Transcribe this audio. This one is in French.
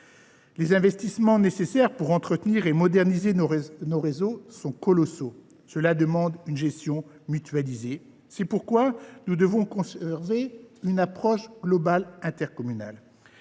Les investissements nécessaires pour entretenir et moderniser nos réseaux d’eau sont colossaux. Cela demande une gestion mutualisée. C’est pourquoi nous devons conserver une approche globale intercommunale.